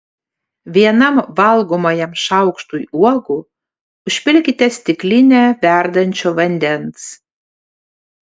vienam valgomajam šaukštui uogų užpilkite stiklinę verdančio vandens